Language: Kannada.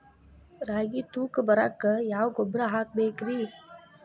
ರಾಗಿ ತೂಕ ಬರಕ್ಕ ಯಾವ ಗೊಬ್ಬರ ಹಾಕಬೇಕ್ರಿ?